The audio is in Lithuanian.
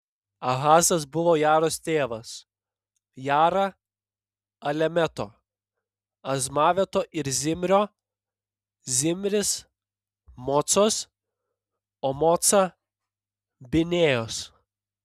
ahazas buvo jaros tėvas jara alemeto azmaveto ir zimrio zimris mocos o moca binėjos